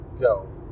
go